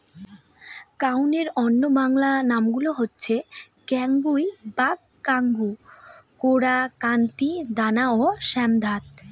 কাউনের অন্য বাংলা নামগুলো হচ্ছে কাঙ্গুই বা কাঙ্গু, কোরা, কান্তি, দানা ও শ্যামধাত